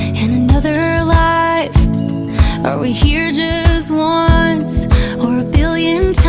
and another life are we here just once or a billion so